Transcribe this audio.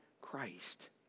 Christ